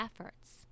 efforts